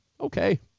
Okay